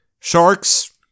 Sharks